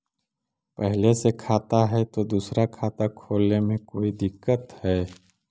पहले से खाता है तो दूसरा खाता खोले में कोई दिक्कत है?